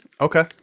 Okay